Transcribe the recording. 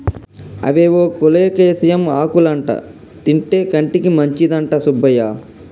అవేవో కోలేకేసియం ఆకులంటా తింటే కంటికి మంచిదంట సుబ్బయ్య